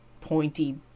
pointy